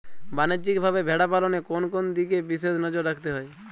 বাণিজ্যিকভাবে ভেড়া পালনে কোন কোন দিকে বিশেষ নজর রাখতে হয়?